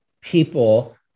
people